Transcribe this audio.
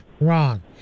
wrong